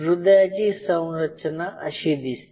हृदयाची संरचना अशी असते